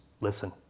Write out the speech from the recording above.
listen